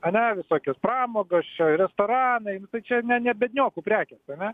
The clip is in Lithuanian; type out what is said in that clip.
ane visokios pramogos čia restoranai čia ne ne biedniokų prekės ane